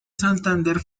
santander